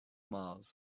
mars